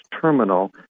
terminal